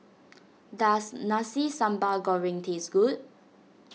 does Nasi Sambal Goreng taste good